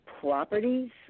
properties